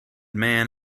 man